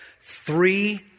three